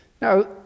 Now